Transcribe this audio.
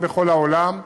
גם בכל העולם,